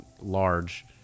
large